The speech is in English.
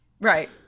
Right